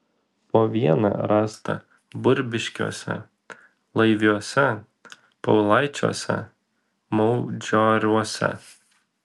po vieną rasta burbiškiuose laiviuose paulaičiuose maudžioruose